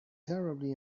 terribly